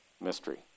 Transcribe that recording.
mystery